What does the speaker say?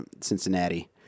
Cincinnati